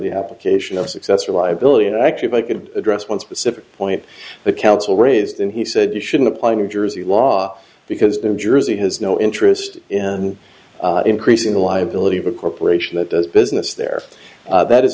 the application of successor liability and actually if i could address one specific point the counsel raised and he said you shouldn't apply new jersey law because there jersey has no interest in increasing the liability of a corporation that does business there that is